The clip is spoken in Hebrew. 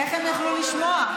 איך הם יכלו לשמוע.